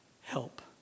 Help